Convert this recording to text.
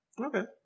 Okay